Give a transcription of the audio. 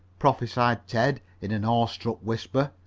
prophesied ted, in an awestruck whisper.